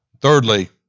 Thirdly